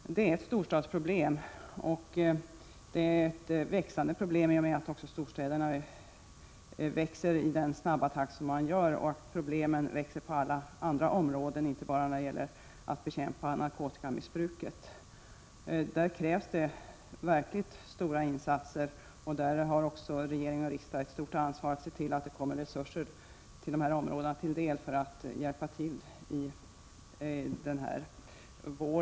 Det här är ett storstadsproblem, och det är ett växande problem i och med att storstäderna växer så snabbt som de gör. Också problemen på alla andra områden växer. Det gäller alltså inte bara problemen med att bekämpa narkotikamissbruket. I det fallet krävs det verkligen stora insatser, och regering och riksdag har ett stort ansvar när det gäller att se till att resurser kommer dessa områden till del för att förbättra vården.